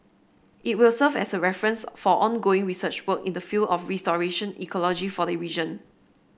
it will serve as a reference for ongoing research work in the field of restoration ecology for the region